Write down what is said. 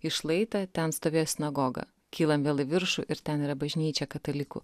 į šlaitą ten stovėjo sinagoga kylam vėl į viršų ir ten yra bažnyčia katalikų